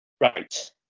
Right